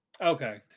Okay